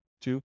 Two